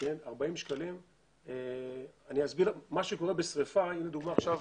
מה שקורה בשריפה, אם לדוגמה עכשיו